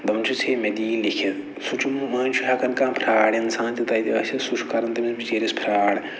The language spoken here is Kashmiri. دَپان چھُس ہے مےٚ دِ یہِ لیٚکِتھ سُہ چھُ مٔنٛزۍ چھُ ہٮ۪کان کانٛہہ فرٛاڈ اِنسان تہِ تَتہِ ٲسِتھ سُہ چھُ کران تٔمِس بِچٲرِس فرٛاڈ